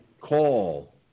call